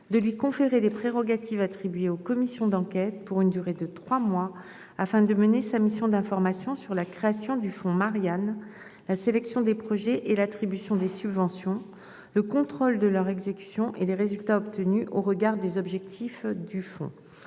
de lui conférer des prérogatives attribuées aux commissions d'enquête pour une durée de 3 mois afin de mener sa mission d'information sur la création du fonds Marianne la sélection des projets et l'attribution des subventions. Le contrôle de leur exécution et les résultats obtenus au regard des objectifs du fond.